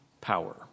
power